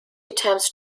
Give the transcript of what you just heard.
attempts